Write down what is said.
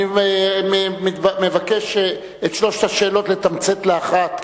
אני מבקש את שלוש השאלות לתמצת לאחת.